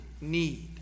need